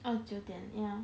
oh 九点 ya